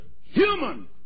Human